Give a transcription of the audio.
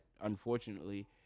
unfortunately